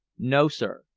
no, sir.